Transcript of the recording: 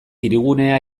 hirigunea